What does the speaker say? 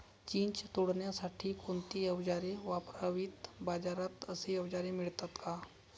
चिंच तोडण्यासाठी कोणती औजारे वापरावीत? बाजारात अशी औजारे मिळतात का?